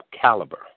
caliber